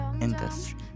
industry